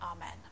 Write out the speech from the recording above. Amen